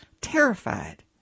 Terrified